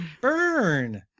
Burn